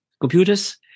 computers